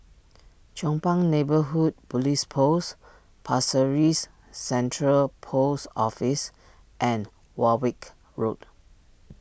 Chong Pang Neighbourhood Police Post Pasir Ris Central Post Office and Warwick Road